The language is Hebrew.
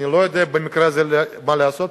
אני לא יודע במקרה הזה מה לעשות.